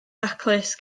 daclus